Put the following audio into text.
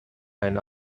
and